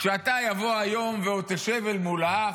כשאתה, יבוא היום ועוד תשב אל מול האח,